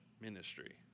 ministry